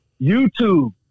YouTube